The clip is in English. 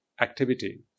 activity